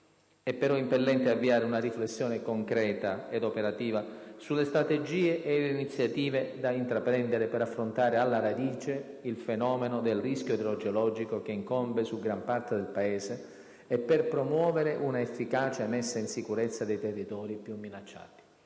È, però, impellente avviare una riflessione concreta ed operativa sulle strategie e le iniziative da intraprendere per affrontare alla radice il fenomeno del rischio idrogeologico che incombe su gran parte del Paese e per promuovere un'efficace messa in sicurezza dei territori più minacciati.